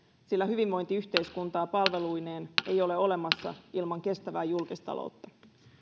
sillä hyvinvointiyhteiskuntaa palveluineen ei ole olemassa ilman kestävää julkistaloutta